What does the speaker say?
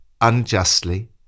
unjustly